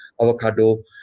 avocado